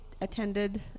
attended